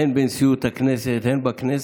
הן בנשיאות הכנסת